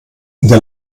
der